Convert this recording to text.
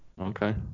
Okay